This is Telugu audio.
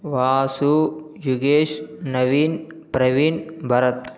వాసు జుగేష్ నవీన్ ప్రవీణ్ భరత్